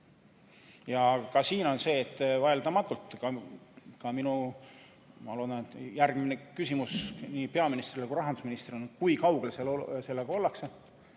Ka siin on see küsimus, vaieldamatult ka minu järgmine küsimus nii peaministrile kui ka rahandusministrile, kui kaugel sellega ollakse